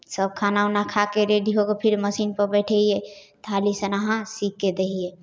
सब खाना उना खाके रेडी होके फेर मशीनपर बैठै हिए तऽ हाली सिना सीके दै हिए